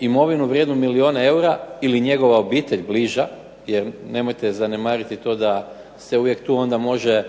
imovinu vrijednu milijun eura, ili njegova obitelj bliža jer nemojte zanemariti to da se uvijek tu može